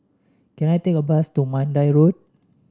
can I take a bus to Mandai Road